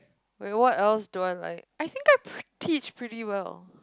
wait what else do I like I think I teach pretty well